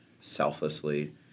selflessly